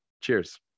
Cheers